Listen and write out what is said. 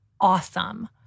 awesome